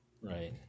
Right